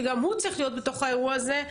שגם הוא צריך להיות בתוך האירוע הזה,